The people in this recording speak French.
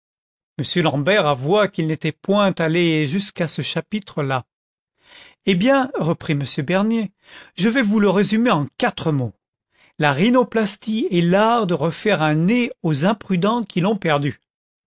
m l'ambert avoua qu'il n'était point allé jusqu'à ce chapitre-là eh bien reprit m bernier je vais vous le résumer en quatre mots la rhinoplaslie est l'art de refaire un nez aux imprudents qui l'ont perdu